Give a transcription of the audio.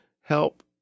help